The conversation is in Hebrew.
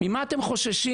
ממה אתם חוששים?